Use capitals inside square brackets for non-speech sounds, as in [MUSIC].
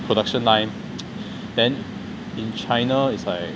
production line [NOISE] then in china is like